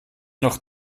noch